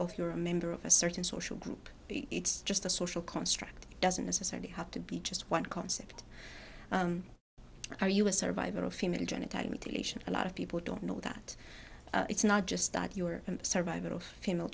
of you're a member of a certain social group it's just a social construct doesn't necessarily have to be just one concept or are you a survivor of female genital mutilation a lot of people don't know that it's not just that your survival female